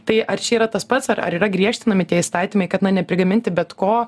tai ar čia yra tas pats ar ar yra griežtinami tie įstatymai kad na neprigaminti bet ko